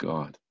God